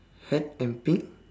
hat and pink